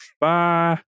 Bye